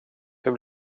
hur